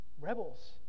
Rebels